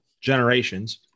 generations